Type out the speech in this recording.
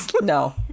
no